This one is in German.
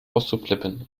auszuflippen